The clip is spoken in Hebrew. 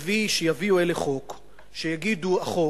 ושיביאו אלה חוק ושיגידו, החוק,